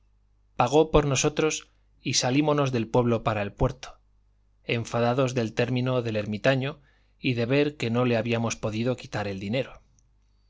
pagó por nosotros y salímonos del pueblo para el puerto enfadados del término del ermitaño y de ver que no le habíamos podido quitar el dinero